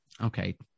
okay